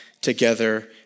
together